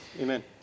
Amen